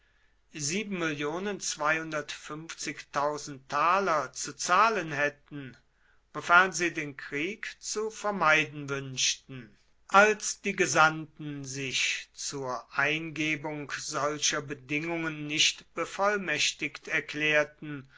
zu zahlen hätten wofern sie den krieg zu vermeiden wünschten als die gesandten sich zur eingebung solcher bedingungen nicht bevollmächtigt erklärten